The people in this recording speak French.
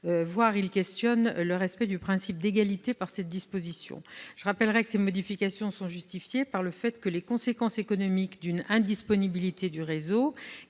même sur le respect du principe d'égalité par cette disposition. Je rappellerai que ces modifications sont justifiées par le fait que les conséquences économiques d'une indisponibilité du réseau,